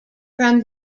from